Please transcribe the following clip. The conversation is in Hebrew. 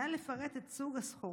נא לפרט את סוג הסחורה